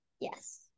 yes